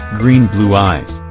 green-blue eyes,